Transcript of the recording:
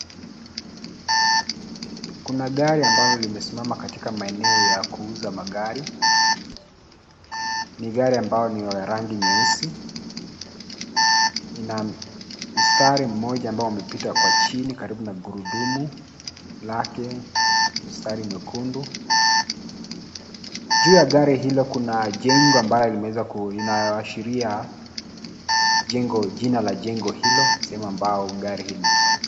kuna gari ambalo limesimama katika maeneo ya kuuza magari. Ni gari ambayo ni ya rangi nyeusi, ina mstari mmoja ambao umepita kwa chini karibu na gurudumu lake; mstari mwekundu. Juu ya gari hilo kuna jengo ambalo linayoashiria jina la jengo hilo sehemu ambao gari hili linauzwa.